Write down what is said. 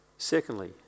Secondly